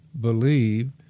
believe